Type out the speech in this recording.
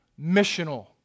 missional